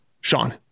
Sean